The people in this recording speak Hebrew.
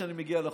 שאני מגיע לחוק.